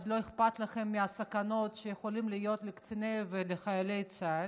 אז לא אכפת להם מהסכנות שיכולות להיות לקצינים ולחיילי צה"ל.